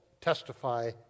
testify